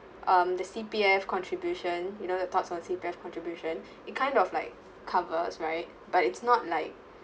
um the C_P_F contribution you know your thoughts on C_P_F contribution it kind of like covers right but it's not like